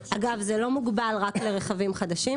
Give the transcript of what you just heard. אגב, זה לא מוגבל רק לרכבים חדשים.